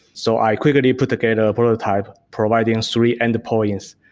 so, i quickly put together a prototype providing three endpoints.